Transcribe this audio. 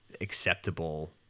Acceptable